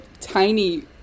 tiny